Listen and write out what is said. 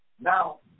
Now